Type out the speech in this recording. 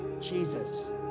Jesus